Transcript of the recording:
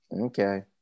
Okay